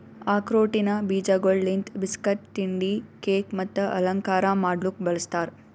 ಆಕ್ರೋಟಿನ ಬೀಜಗೊಳ್ ಲಿಂತ್ ಬಿಸ್ಕಟ್, ತಿಂಡಿ, ಕೇಕ್ ಮತ್ತ ಅಲಂಕಾರ ಮಾಡ್ಲುಕ್ ಬಳ್ಸತಾರ್